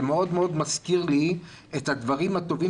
זה מאוד מאוד מזכיר לי את הדברים הטובים